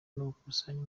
gukusanya